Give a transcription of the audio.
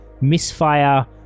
Misfire